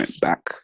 back